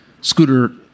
Scooter